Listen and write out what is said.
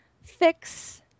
fix